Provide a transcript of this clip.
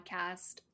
podcast